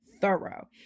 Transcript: thorough